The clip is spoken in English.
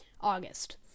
August